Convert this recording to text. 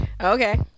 Okay